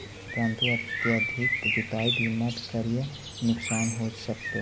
परंतु अत्यधिक जुताई भी मत करियह नुकसान हो सकतो